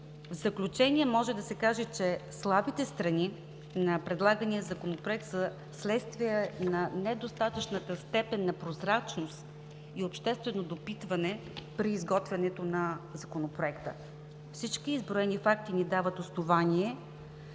В заключение може да се каже, че слабите страни на предлагания Законопроект са вследствие на недостатъчната степен на прозрачност и обществено допитване при изготвянето му. Всички изброени факти ни дават основание,